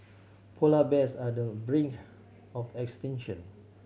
polar bears are the brink of extinction